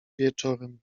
wieczorem